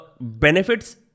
benefits